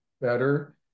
better